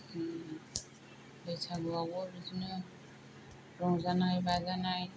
बैसागुआवबो बिदिनो रंजानाय बाजानाय